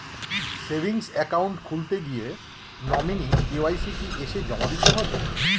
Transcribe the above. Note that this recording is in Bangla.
সেভিংস একাউন্ট খুলতে গিয়ে নমিনি কে.ওয়াই.সি কি এসে জমা দিতে হবে?